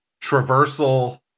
traversal